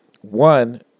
One